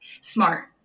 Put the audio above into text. smart